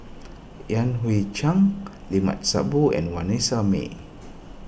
Yan Hui Chang Limat Sabtu and Vanessa Mae